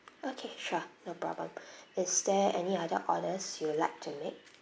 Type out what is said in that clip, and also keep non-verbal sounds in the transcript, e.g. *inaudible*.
okay sure no problem *breath* is there any other orders you would like to make